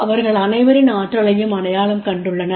அவர்கள் அனைவரின் ஆற்றலையும் அடையாளம் கண்டுள்ளனர்